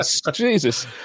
Jesus